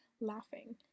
laughing